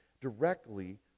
directly